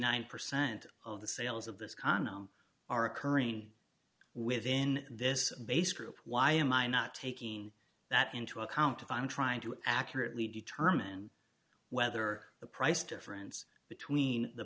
nine percent of the sales of this condom are occurring within this base group why am i not taking that into account if i'm trying to accurately determine whether the price difference between the